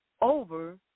Over